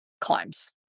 climbs